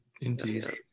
Indeed